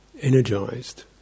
energized